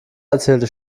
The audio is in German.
erzählte